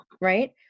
Right